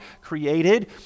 created